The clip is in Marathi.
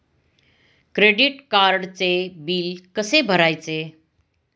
क्रेडिट कार्डचे बिल कसे भरायचे?